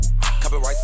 Copyright